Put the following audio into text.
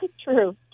True